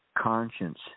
conscience